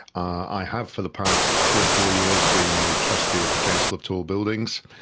i have for the past three or four years been a trustee of the council of tall buildings,